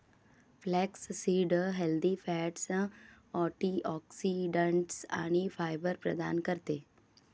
flaxseed healthy fats, antioxidants आणि fibre प्रदान करते